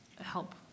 help